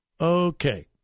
Okay